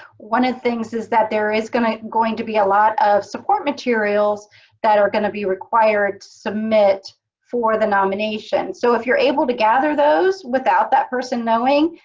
one of the things is that there is going to going to be a lot of support materials that are going to be required to submit for the nomination. so if you're able able to gather those without that person knowing,